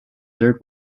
third